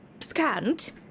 Scant